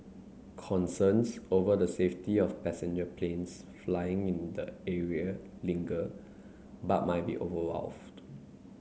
concerns over the safety of passenger planes flying in the area linger but might be overwrought